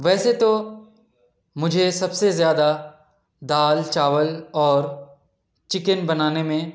ویسے تو مجھے سب سے زیادہ دال چاول اور چکن بنانے میں